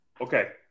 Okay